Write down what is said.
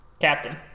Captain